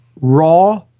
raw